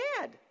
dad